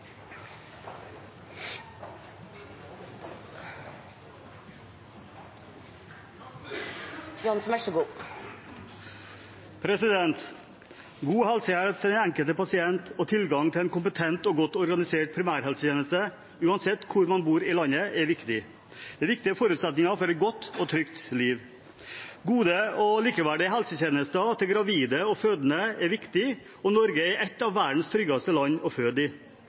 Engeli Johansen. God helsehjelp til den enkelte pasient og tilgang til en kompetent og godt organisert primærhelsetjeneste, uansett hvor man bor i landet, er viktig. Det er viktige forutsetninger for et godt og trygt liv. Gode og likeverdige helsetjenester til gravide og fødende er viktig, og Norge er et av verdens tryggeste land å føde i.